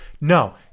No